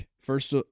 First